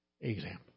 example